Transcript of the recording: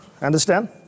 understand